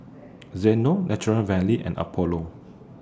Xndo Nature Valley and Apollo